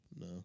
No